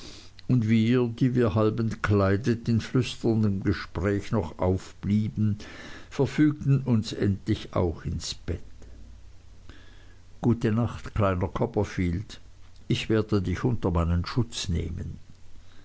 und wir die wir halb entkleidet in flüsterndem gespräch noch aufgeblieben verfügten uns endlich auch ins bett gute nacht kleiner copperfield sagte steerforth ich werde dich unter meinen schutz nehmen